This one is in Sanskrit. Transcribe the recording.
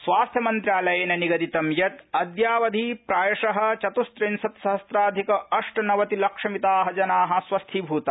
स्वास्थ्यमन्त्रालयेन निगदितं यत् अद्यावधि प्रायश चत्स्रिंशत्सहस्राधिक अष्टनवतिलक्षमिता जना स्वस्थीभूता